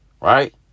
right